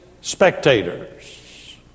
spectators